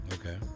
Okay